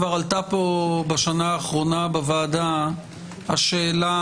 כבר עלתה פה בשנה האחרונה בוועדה השאלה,